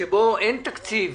שבו אין תקציב